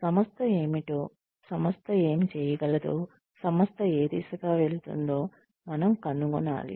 సంస్థ ఏమిటో సంస్థ ఏమి చేయగలదో సంస్థ ఏ దిశగా వెళుతుందో మనం కనుగొనాలి